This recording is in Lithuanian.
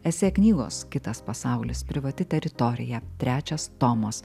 esė knygos kitas pasaulis privati teritorija trečias tomas